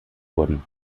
wurden